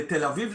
בתל אביב,